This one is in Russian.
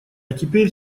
теперь